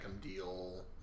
deal